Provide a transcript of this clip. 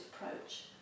approach